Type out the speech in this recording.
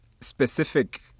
specific